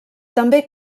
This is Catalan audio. també